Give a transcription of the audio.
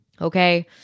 Okay